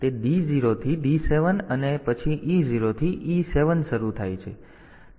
તેથી તે D0 થી D7 અને પછી E0 થી E 7 થી શરૂ થાય છે